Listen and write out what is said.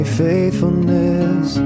faithfulness